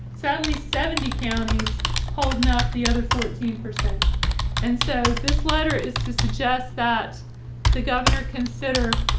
sadly seventy counties holding up the other fourteen percent and so this letter is to suggest that the governor consider